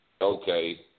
Okay